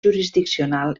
jurisdiccional